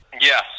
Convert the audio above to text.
Yes